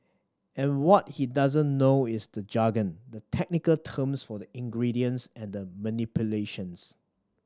and what he doesn't know is the jargon the technical terms for the ingredients and the manipulations